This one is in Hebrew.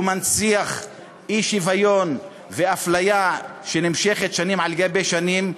הוא מנציח אי-שוויון ואפליה שנמשכים שנים על שנים,